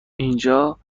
اینجا